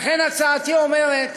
לכן הצעתי אומרת